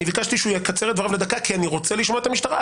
אני ביקשתי שהוא יקצר את דבריו לדקה כי אני רוצה לשמוע את המשטרה.